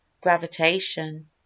gravitation